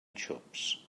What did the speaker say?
xops